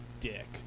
dick